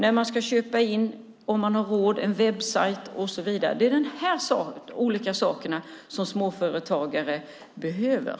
När ska man, om man har råd, köpa in en webbsajt och så vidare? Det är de här olika sakerna som småföretagare behöver.